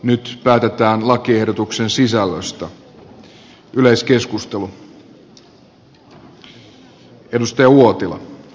nyt päätetään lakiehdotuksen sisällöstä